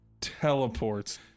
teleports